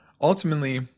ultimately